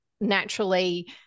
naturally